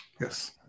Yes